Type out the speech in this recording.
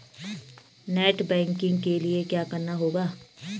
Net banking के लिए क्या करना होगा?